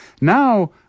Now